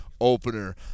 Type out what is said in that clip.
opener